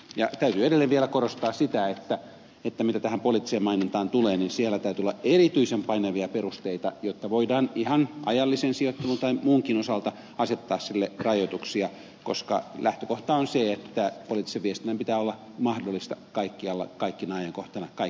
täytyy edelleen vielä korostaa sitä että mitä tähän poliittiseen mainontaan tulee niin siellä täytyy olla erityisen painavia perusteita jotta voidaan ihan ajallisen sijoittelun tai muunkin osalta asettaa sille rajoituksia koska lähtökohta on se että poliittisen viestinnän pitää olla mahdollista kaikkialla kaikkina ajankohtina ja kaikille kansalaisryhmille